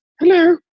Hello